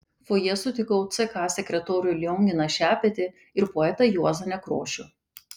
fojė sutikau ck sekretorių lionginą šepetį ir poetą juozą nekrošių